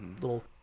little